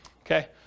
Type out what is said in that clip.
Okay